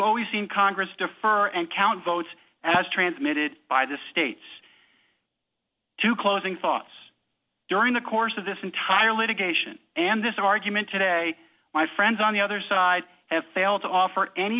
always seen congress defer and count votes as transmitted by the states to closing thoughts during the course of this entire litigation and this argument today my friends on the other side have failed to offer any